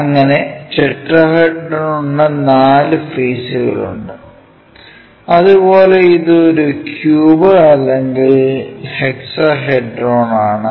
അങ്ങനെ ടെട്രഹെഡ്രോണ് നാലു ഫെയ്സ്കളുണ്ട് അതുപോലെ ഇത് ഒരു ക്യൂബ് അല്ലെങ്കിൽ ഹെക്സഹെഡ്രോൺ ആണ്